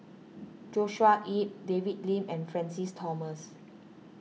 Joshua Ip David Lim and Francis Thomas